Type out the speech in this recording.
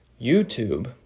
YouTube